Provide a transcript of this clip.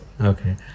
Okay